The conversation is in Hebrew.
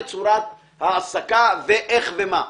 לצורת ההעסקה ואיך ומה.